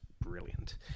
brilliant